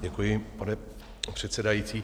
Děkuji, pane předsedající.